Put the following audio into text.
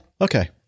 Okay